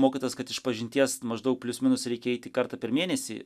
mokytas kad išpažinties maždaug plius minus reikia eiti kartą per mėnesį